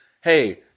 hey